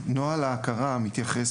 נוהל ההכרה מתייחס,